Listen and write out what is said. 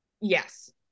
yes